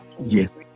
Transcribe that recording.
Yes